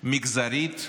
מגזרית.